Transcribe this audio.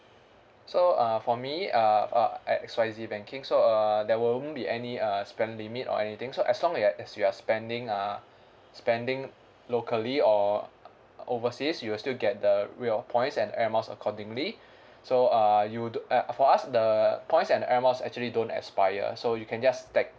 so uh for me uh uh X Y Z banking so uh there won't be any uh spend limit or anything so as long as you are spending uh spending locally or overseas you'll still get the reward points and air miles accordingly so uh you uh for us the the points and air miles actually don't expire so you can just stack